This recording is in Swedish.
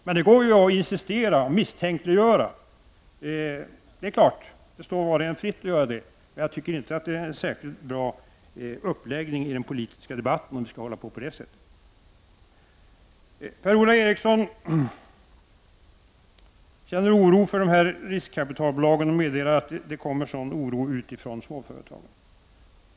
Man kan naturligtvis insinuera och misstänkliggöra. Det står var och en fritt att göra det. Men jag tycker inte att det är en särskilt bra uppläggning av den politiska debatten om vi skall hålla på med sådant. Per-Ola Eriksson känner oro för riskkapitalbolagen och meddelar att det kommer signaler om sådan oro från småföretagen.